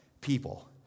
people